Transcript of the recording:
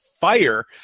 fire